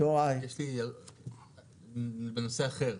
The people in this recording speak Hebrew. בנושא אחר.